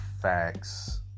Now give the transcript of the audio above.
facts